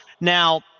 Now